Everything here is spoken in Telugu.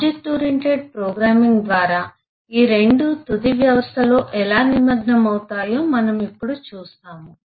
ఆబ్జెక్ట్ ఓరియెంటెడ్ ప్రోగ్రామింగ్ ద్వారా ఈ రెండు తుది వ్యవస్థలో ఎలా నిమగ్నమవుతాయో ఇప్పుడు మనం చూస్తాము